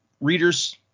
readers